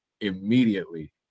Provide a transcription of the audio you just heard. immediately